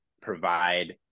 provide